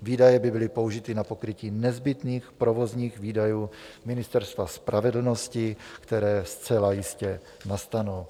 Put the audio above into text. Výdaje by byly použity na pokrytí nezbytných provozních výdajů Ministerstva spravedlnosti, které zcela jistě nastanou.